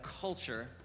culture